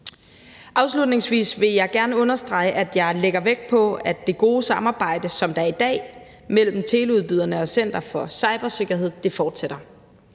Afslutningsvis vil jeg gerne understrege, at jeg lægger vægt på, at det gode samarbejde, som der er i dag, mellem teleudbyderne og Center for Cybersikkerhed fortsætter.